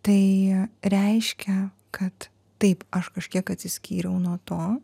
tai reiškia kad taip aš kažkiek atsiskyriau nuo to